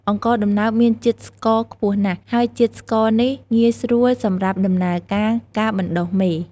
អង្ករដំណើបមានជាតិស្ករខ្ពស់ណាស់ ហើយជាតិស្ករនេះងាយស្រួលសម្រាប់ដំណើរការ ការបណ្ដុះមេ។